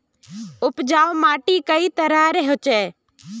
उपजाऊ माटी कई तरहेर होचए?